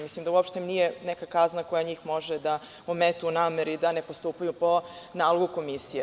Mislim, da uopšte nije neka kazna koja njih može da omete u nameri da ne postupaju po nalogu komisije.